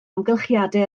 amgylchiadau